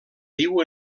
viu